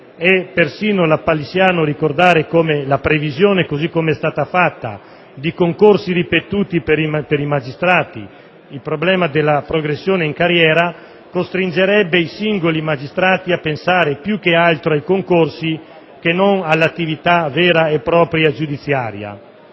è persino lapalissiano ricordare come la previsione, così com'è stata fatta, di concorsi ripetuti per i magistrati (il problema della progressione in carriera) costringerebbe i singoli magistrati a pensare più ai concorsi che non all'attività giudiziaria